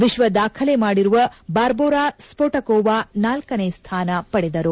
ವಿಶ್ವ ದಾಖಲೆ ಮಾಡಿರುವ ಬಾರ್ಮೊರಾ ಸ್ಪೊಟಕೊವ ನಾಲ್ಕನೇ ಸ್ವಾನ ಪಡೆದರು